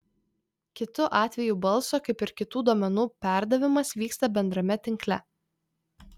kitu atveju balso kaip ir kitų duomenų perdavimas vyksta bendrame tinkle